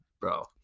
bro